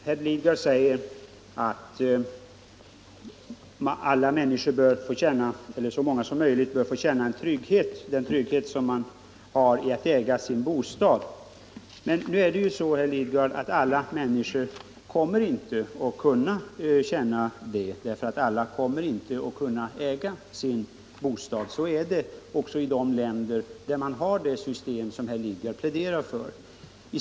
Herr talman! Herr Lidgard säger att så många människor som möjligt bör få känna den trygghet som man har i att äga sin bostad. Men, herr Lidgard, alla människor kan inte få känna den tryggheten, eftersom inte alla kommer att kunna äga sin bostad. Så är det också i de länder där man har det system som herr Lidgard pläderar för.